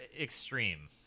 extreme